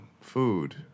food